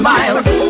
Miles